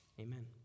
Amen